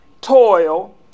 toil